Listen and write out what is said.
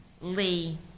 Lee